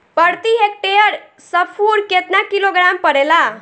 प्रति हेक्टेयर स्फूर केतना किलोग्राम पड़ेला?